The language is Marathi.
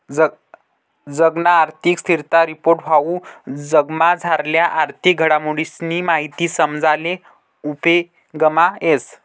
जगना आर्थिक स्थिरता रिपोर्ट हाऊ जगमझारल्या आर्थिक घडामोडीसनी माहिती समजाले उपेगमा येस